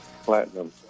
platinum